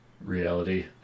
reality